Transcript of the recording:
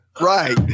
Right